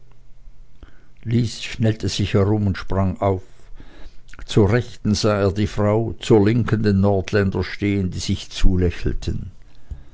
lys schnellte sich herum und sprang auf zur rechten sah er die frau zur linken den nordländer stehen die sich zulächelten